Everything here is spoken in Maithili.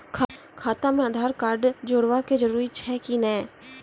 खाता म आधार कार्ड जोड़वा के जरूरी छै कि नैय?